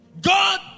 God